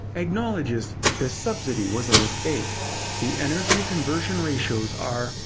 acknowledges the subsidy was a mistake the energy conversion ratios are,